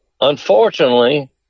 unfortunately